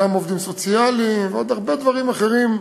גם עובדים סוציאליים ועוד הרבה אחרים,